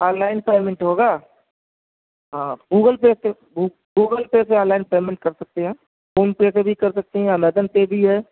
on line payment ہوگا ہاں Google Pay سے گوگل پے سے آن لائن پیمنٹ کر سکتے ہیں فون پے سے بھی کر سکتے ہیں امیزن پے بھی ہے